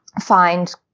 find